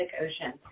Ocean